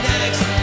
Next